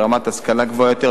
ברמת השכלה גבוהה יותר,